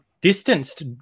distanced